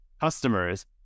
customers